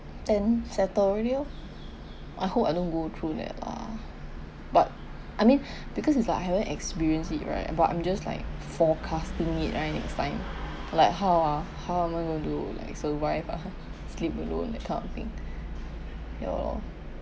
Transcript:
then settle already loh I hope I don't go through that lah but I mean because it's like I haven't experienced it right but I'm just like forecasting it right next time like how are how I'm going to do like survivor ah sleep alone that kind of thing ya lor